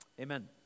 Amen